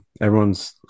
everyone's